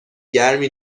گرمی